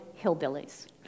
hillbillies